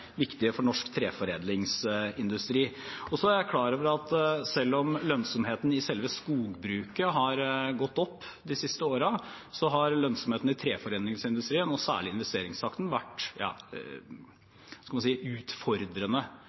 viktige for norsk treforedlingsindustri. Jeg er klar over at selv om lønnsomheten i selve skogbruket har gått opp de siste årene, har lønnsomheten i treforedlingsindustrien, og særlig investeringstakten, vært – hva skal man si – utfordrende